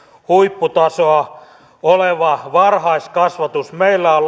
huipputasoa oleva varhaiskasvatus meillä on